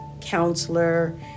counselor